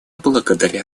благодаря